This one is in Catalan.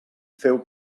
féu